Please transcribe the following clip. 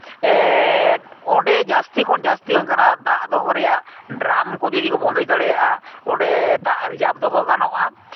ᱚᱸᱰᱮ ᱡᱟᱹᱥᱛᱤ ᱠᱷᱚᱱ ᱡᱟᱹᱥᱛᱤ ᱚᱱᱠᱟᱱᱟᱜ ᱫᱟᱜ ᱫᱚᱦᱚ ᱨᱮᱭᱟᱜ ᱰᱨᱟᱢ ᱠᱚ ᱡᱩᱫᱤ ᱠᱚ ᱵᱚᱱᱫᱮᱡᱽ ᱫᱟᱲᱮᱭᱟᱜᱼᱟ ᱚᱸᱰᱮ ᱫᱟᱜ ᱨᱤᱡᱟᱨᱵᱽ ᱫᱚᱦᱚ ᱜᱟᱱᱚᱜᱼᱟ